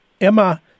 Emma